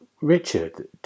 Richard